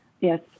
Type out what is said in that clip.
Yes